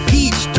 Peach